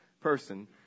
person